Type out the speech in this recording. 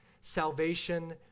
salvation